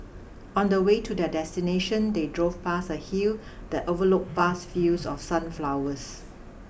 on the way to their destination they drove past a hill that overlooked vast fields of sunflowers